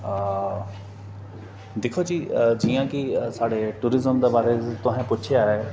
हां दिक्खो जी जि'यां कि साढ़े टूरीजम दे बारे च तुसें पुच्छेआ ऐ